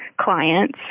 clients